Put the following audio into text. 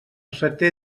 seté